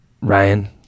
Ryan